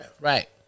Right